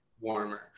warmer